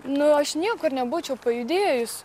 nu aš niekur nebūčiau pajudėjus